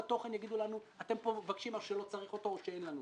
בתוכן הם יגידו לנו: אתם מבקשים פה משהו שלא צריך או שאין לנו.